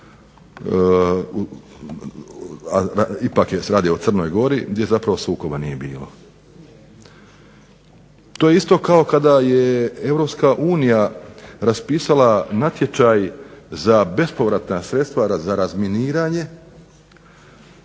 ipak se radi o Crnoj Gori gdje zapravo sukoba nije bilo. To je isto kao kada je Europska unija raspisala natječaj za bespovratna sredstva za razminiranje